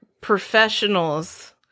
professionals